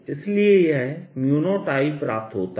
इसलिए यह 0Iप्राप्त होता है